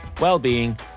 well-being